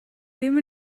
ddim